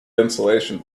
insulation